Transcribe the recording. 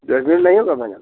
दस मिनट नहीं होगा मैडम